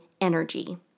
energy